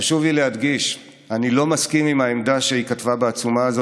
חשוב לי להדגיש: אני לא מסכים לעמדה שהיא כתבה בעצומה הזאת,